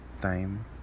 time